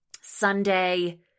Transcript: sunday